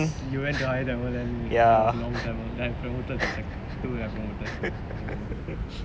because you went to higher tamil and I was in normal tamil and I was promoted in secondary two then I promote